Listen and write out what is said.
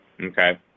Okay